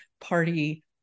Party